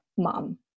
mom